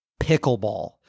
Pickleball